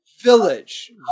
village